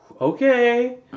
okay